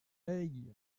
hey